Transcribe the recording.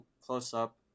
close-up